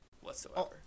whatsoever